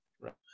right